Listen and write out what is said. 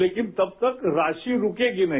लेकिन तब तक राशि रुकेगी नहीं